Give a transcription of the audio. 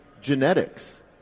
genetics